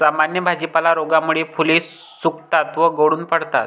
सामान्य भाजीपाला रोगामुळे फुले सुकतात व गळून पडतात